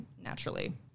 naturally